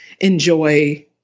enjoy